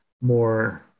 more